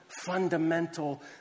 fundamental